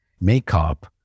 makeup